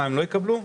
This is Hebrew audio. הם לא יקבלו?